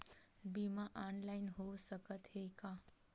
बीमा ऑनलाइन हो सकत हे का?